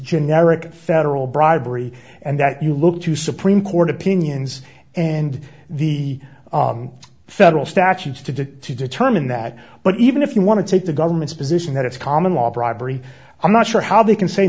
generic federal bribery and that you look to supreme court opinions and the federal statutes to do to determine that but even if you want to take the government's position that it's common law bribery i'm not sure how they can say